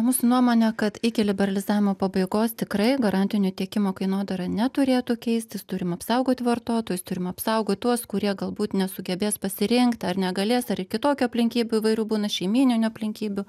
mūsų nuomone kad iki liberalizavimo pabaigos tikrai garantinio tiekimo kainodara neturėtų keistis turim apsaugot vartotojus turim apsaugot tuos kurie galbūt nesugebės pasirinkt ar negalės dar ir kitokių aplinkybių įvairių būna šeimyninių aplinkybių